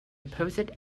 opposite